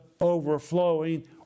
overflowing